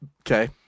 okay